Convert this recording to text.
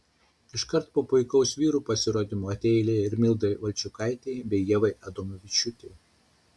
iškart po puikaus vyrų pasirodymo atėjo eilė ir mildai valčiukaitei bei ievai adomavičiūtei